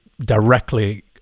directly